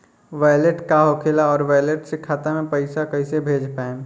Wallet का होखेला और वैलेट से खाता मे पईसा कइसे भेज पाएम?